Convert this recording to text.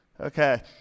Okay